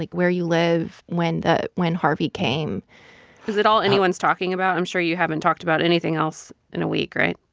like where you live when the when harvey came is it all anyone's talking about? i'm sure you haven't talked about anything else in a week, right?